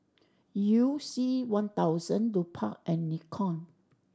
You C One thousand Lupark and Nikon